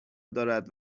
دارد